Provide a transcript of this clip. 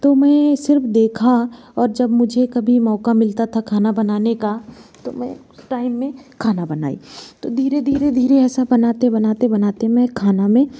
तो मैं सिर्फ़ देखा और जब मुझे कभी मौका मिलता था खाना बनाने का तो मैं टाइम में खाना बनाई तो धीरे धीरे धीरे ऐसा बनाते बनाते बनाते मैं खाना में